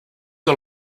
are